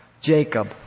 Jacob